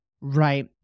right